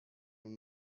your